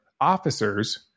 officers